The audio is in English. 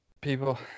people